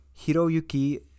Hiroyuki